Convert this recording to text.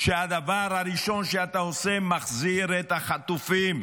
שהדבר הראשון שאתה עושה, מחזיר את החטופים.